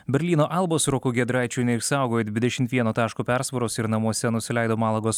berlyno albos su roku giedraičiu neišsaugojo dvidešimt vieno taško persvaros ir namuose nusileido malagos